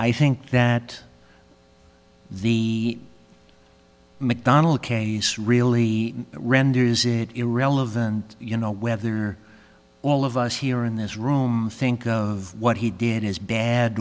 i think that the mcdonnell case really renders it irrelevant you know whether all of us here in this room think of what he did as bad